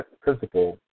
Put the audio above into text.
principle